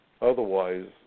Otherwise